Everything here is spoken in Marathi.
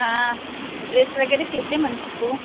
हां ड्रेस वगैरे शिवते म्हणतात तू